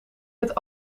het